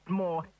more